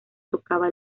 tocaba